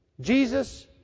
Jesus